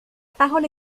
parole